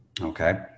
Okay